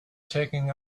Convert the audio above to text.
taking